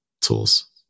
tools